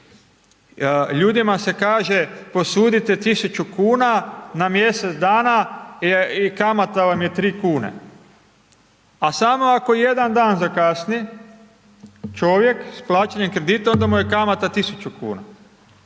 ljudima se kaže, posudite 1000 kn na mjesec dana i kamata vam je 3 kn. A samo ako jedan dan zakasni, čovjek s plaćanjem kredita, onda mu je kamata 1000 kn